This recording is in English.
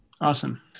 Awesome